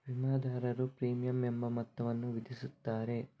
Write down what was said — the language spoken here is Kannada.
ವಿಮಾದಾರರು ಪ್ರೀಮಿಯಂ ಎಂಬ ಮೊತ್ತವನ್ನು ವಿಧಿಸುತ್ತಾರೆ